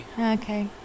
Okay